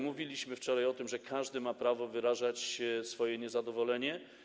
Mówiliśmy wczoraj o tym, że każdy ma prawo wyrażać swoje niezadowolenie.